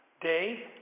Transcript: day